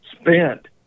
spent